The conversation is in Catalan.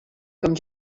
com